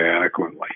adequately